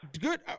Good